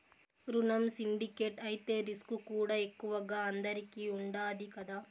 రునం సిండికేట్ అయితే రిస్కుకూడా ఎక్కువగా అందరికీ ఉండాది కదా